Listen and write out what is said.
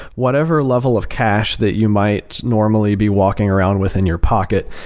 whatever level of cash that you might normally be walking around with in your pocket.